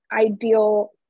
ideal